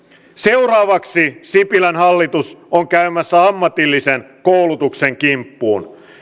seuraavaksi sipilän hallitus on käymässä ammatillisen koulutuksen kimppuun